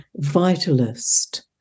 vitalist